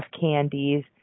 candies